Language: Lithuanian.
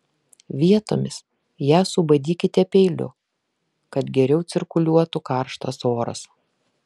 vietomis ją subadykite peiliu kad geriau cirkuliuotų karštas oras